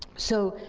so,